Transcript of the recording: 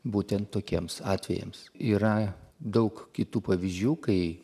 būtent tokiems atvejams yra daug kitų pavyzdžių kai